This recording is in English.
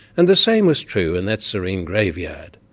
and the same was true in that serene graveyard.